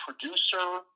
producer